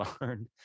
learn